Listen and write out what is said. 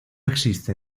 existe